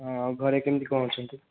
ହଁ ଆଉ ଘରେ କେମିତି କ'ଣ ଅଛନ୍ତି